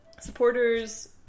supporters